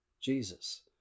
Jesus